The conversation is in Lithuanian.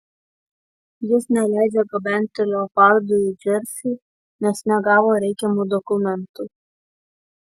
jis neleidžia gabenti leopardų į džersį nes negavo reikiamų dokumentų